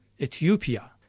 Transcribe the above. Ethiopia